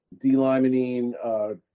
D-limonene